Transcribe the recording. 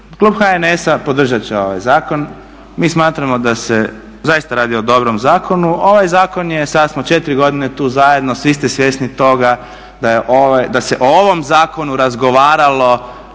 Klub HNS-a podržati će ovaj zakon. Mi smatramo da se zaista radi o dobrom zakonu. Ovaj zakon je, sada smo 4 godine tu zajedno, svi ste svjesni toga da se o ovom zakonu razgovaralo